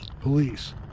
Police